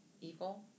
evil